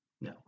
no